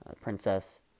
Princess